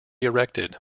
erected